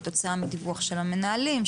כתוצאה מדיווח של המנהלים,